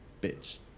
bits